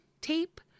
tape